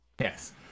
Yes